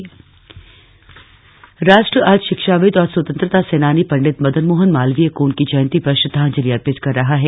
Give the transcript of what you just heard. श्रद्वांजलि राष्ट्र आज शिक्षाविद् और स्वतंत्रता सेनानी पंडित मदनमोहन मालवीय को उनकी जयंती पर श्रद्धांजलि अर्पित कर रहा है